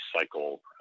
cycle